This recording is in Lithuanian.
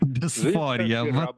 disforija va